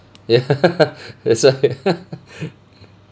ya that's why